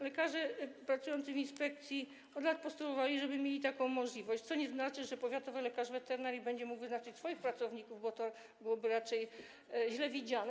Lekarze pracujący w inspekcji od lat postulowali o to, żeby mieli taką możliwość, co nie znaczy, że powiatowy lekarz weterynarii będzie mógł wyznaczyć swoich pracowników, bo to byłoby raczej źle widziane.